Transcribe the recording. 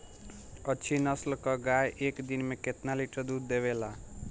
अच्छी नस्ल क गाय एक दिन में केतना लीटर दूध देवे ला?